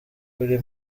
kuri